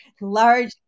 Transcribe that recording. large